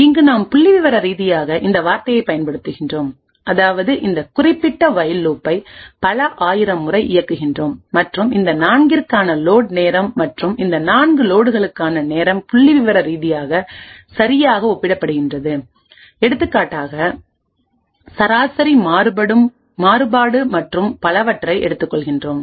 இங்கு நாம் புள்ளி விவர ரீதியாக இந்த வார்த்தையைப் பயன்படுத்துகிறோம் அதாவது இந்த குறிப்பிட்ட ஒயில் லூப்பை பல ஆயிரம் முறை இயங்குகின்றோம் மற்றும் இந்த நான்கிற்கான லோட்நேரம் மற்றும் இந்த நான்கு லோட்களுக்கான நேரம் புள்ளிவிவர ரீதியாக சரியாக ஒப்பிடப்படுகின்றன எடுத்துக்காட்டாக சராசரி மாறுபாடு மற்றும் பலவற்றை எடுத்துக் கொள்கின்றோம்